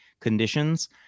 conditions